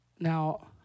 Now